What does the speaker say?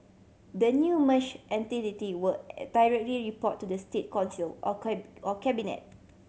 the new merge entity will directly report to the State Council or cabinet